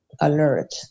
alert